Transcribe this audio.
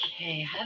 Okay